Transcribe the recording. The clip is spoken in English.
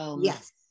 Yes